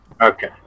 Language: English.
okay